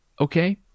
okay